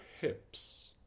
hips